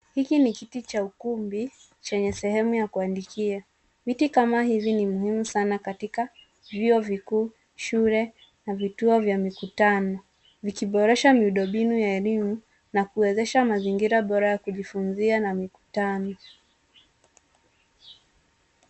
Hiki ni kiti cha ukumbi, chenye sehemu ya kuandikia . Viti kama hivi ni muhimu Katika vyuo vikuu, shule, na vituo vya mikutano vikiboresha miundombinu ya elimu na kuwezesha mazingira bora ya kujifunzia na mikutano.